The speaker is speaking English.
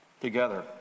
together